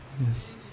Yes